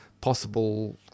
possible